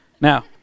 now